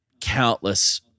countless